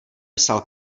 psal